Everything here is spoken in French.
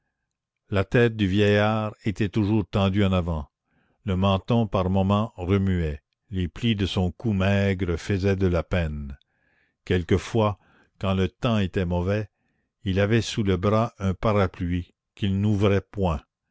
la tête du vieillard était toujours tendue en avant le menton par moments remuait les plis de son cou maigre faisaient de la peine quelquefois quand le temps était mauvais il avait sous le bras un parapluie qu'il n'ouvrait point